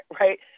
right